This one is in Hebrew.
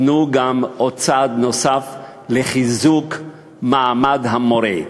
תנו עוד צעד לחיזוק מעמד המורה.